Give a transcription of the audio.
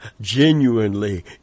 genuinely